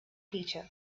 creature